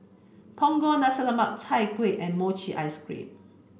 Punggol Nasi Lemak Chai Kuih and Mochi Ice Cream